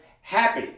happy